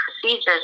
procedures